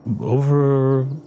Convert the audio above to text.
over